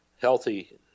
healthy